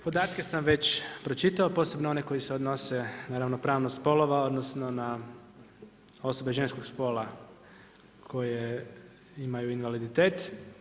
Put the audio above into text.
Podatke sam već pročitao posebno one koji se odnosi na ravnopravnost spolova odnosno na osobe ženskog spola koje imaju invaliditet.